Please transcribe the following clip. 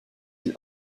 îles